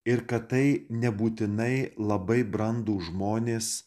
ir kad tai nebūtinai labai brandūs žmonės